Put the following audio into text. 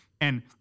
and-